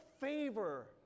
favor